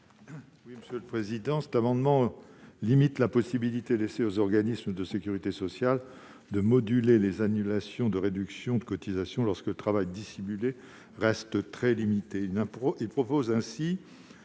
rapporteur général. Cet amendement vise à limiter la possibilité laissée aux organismes de sécurité sociale de moduler les annulations de réductions de cotisations lorsque le travail dissimulé reste très réduit.